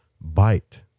bite